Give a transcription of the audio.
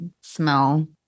smell